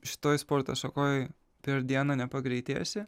šitoj sporto šakoj per dieną nepagreitėsi